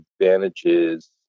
advantages